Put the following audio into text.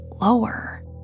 lower